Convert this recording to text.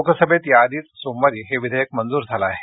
लोकसभेत या आधीच सोमवारी हे विधेयक मंजूर झालं आहे